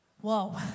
Whoa